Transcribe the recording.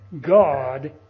God